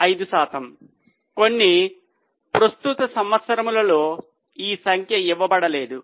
5 కొన్ని ప్రస్తుత సంవత్సరములలో ఈ సంఖ్య ఇవ్వబడలేదు